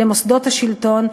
למוסדות השלטון,